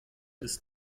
ist